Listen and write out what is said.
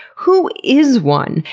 who is one?